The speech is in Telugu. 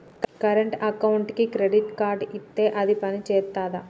కరెంట్ అకౌంట్కి క్రెడిట్ కార్డ్ ఇత్తే అది పని చేత్తదా?